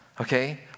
Okay